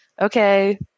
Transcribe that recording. okay